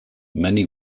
many